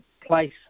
place